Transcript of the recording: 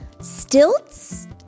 Stilts